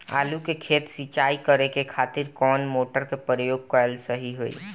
आलू के खेत सिंचाई करे के खातिर कौन मोटर के प्रयोग कएल सही होई?